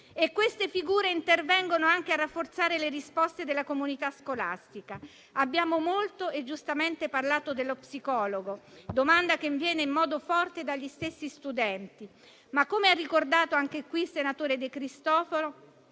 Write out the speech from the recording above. Queste figure intervengono anche a rafforzare le risposte della comunità scolastica. Abbiamo molto e giustamente parlato dello psicologo, figura che viene domandata in modo forte dagli stessi studenti. Come, però, ha ricordato anche qui il senatore De Cristofaro,